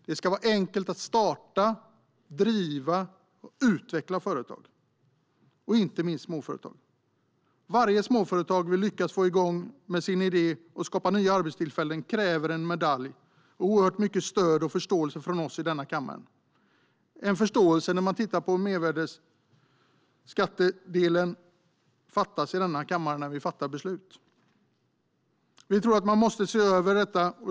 Det ska vara enkelt att starta, driva och utveckla företag, inte minst småföretag. Varje småföretag med sin idé som vi lyckas få igång och som skapar nya arbetstillfällen kräver en medalj och oerhört mycket stöd och förståelse från oss i denna kammare. Jag anser att en förståelse för mervärdesskattedelen saknas i denna kammare när vi ska fatta beslut. Vi tror att man bör se över detta.